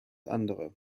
andere